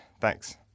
Thanks